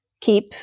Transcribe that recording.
keep